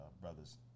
brothers